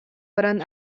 баран